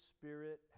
Spirit